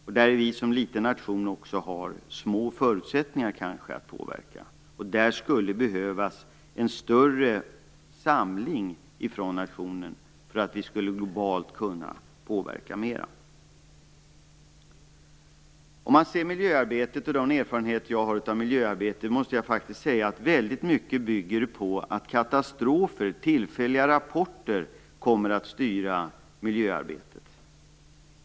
Vi har kanske som liten nation också små förutsättningar att påverka. Det behövs en större samling från nationen för att vi globalt sett skall kunna påverka mer. Ser jag på mina erfarenheter från miljöarbete måste jag säga att det i stor utsträckning bygger på att katastrofer och tillfälliga rapporter kommer att styra.